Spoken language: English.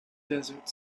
desert